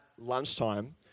lunchtime